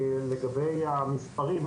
לגבי המספרים,